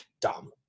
dumb